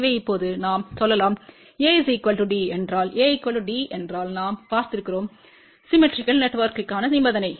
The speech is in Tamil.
எனவே இப்போது நாம் சொல்லலாம் A D என்றால் A D என்றால் நாம் பார்த்திருக்கிறோம் சிம்மெட்ரிக்கல் நெட்வொர்க்கிற்கான நிபந்தனை